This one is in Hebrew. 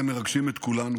אתם מרגשים את כולנו